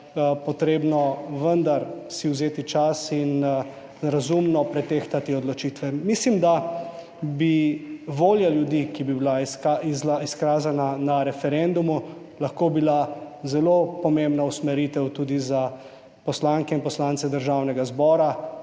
potrebno vendar si vzeti čas in razumno pretehtati odločitve. Mislim, da bi volja ljudi, ki bi bila izkazana na referendumu, lahko bila zelo pomembna usmeritev tudi za poslanke in poslance Državnega zbora